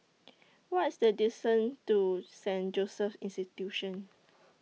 What IS The distance to Saint Joseph's Institution